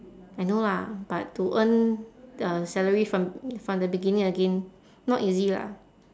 I know lah but to earn the salary from from the beginning again not easy lah